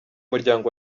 muryango